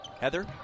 Heather